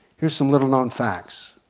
here are some little-known facts.